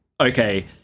okay